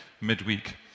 midweek